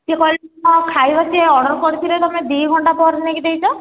ସେ କହିଲେ ସେ ଖାଇବା ସେ ଅର୍ଡ଼ର୍ କରିଥିଲେ ତୁମେ ଦୁଇ ଘଣ୍ଟା ପରେ ନେଇକି ଦେଇଛ